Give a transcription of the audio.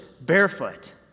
barefoot